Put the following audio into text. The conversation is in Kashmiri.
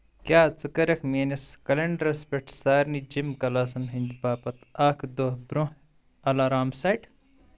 کیاھ ژٕ کَرَکھہ میٲنِس کلینڈرس پیٹھ سارنٕے جم کلاسن ہٕندۍ باپتھ اکھ دۄہ برونٛہہ الارام سیٹ ؟